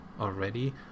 already